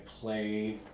play